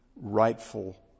rightful